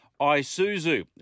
Isuzu